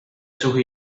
sus